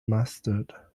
mustard